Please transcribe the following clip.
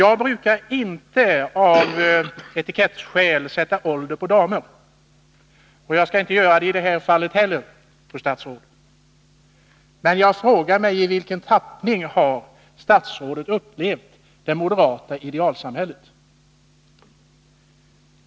Av etikettsskäl brukar jag inte sätta ålder på damer, och jag skall inte göra det i det här fallet heller, fru statsråd. Men jag frågar mig i vilken tappning fru statsrådet upplevt det moderata idealsamhället.